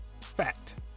fact